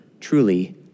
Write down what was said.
truly